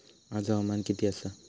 आज हवामान किती आसा?